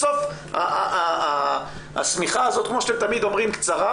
בסוף השמיכה הזאת כמו שאתם תמיד אומרים היא קצרה,